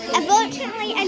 Unfortunately